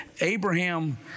Abraham